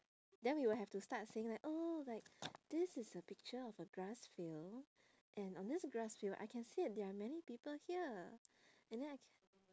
then we will have to start saying like oh like this is a picture of a grass field and on this grass field I can see that there are many people here and then I ca~